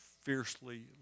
fiercely